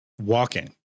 walking